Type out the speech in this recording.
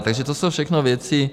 Takže to jsou všechno věci.